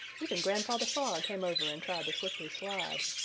even grandfather frog came over and tried the slippery slide.